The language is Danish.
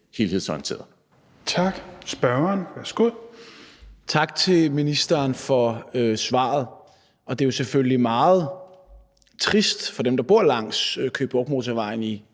Dahlin (V): Tak til ministeren for svaret. Det er selvfølgelig meget trist for dem, der bor langs Køge Bugt Motorvejen i